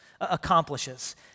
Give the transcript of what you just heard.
accomplishes